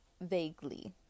vaguely